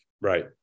Right